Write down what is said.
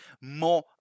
more